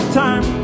time